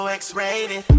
x-rated